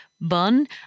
bun